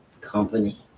Company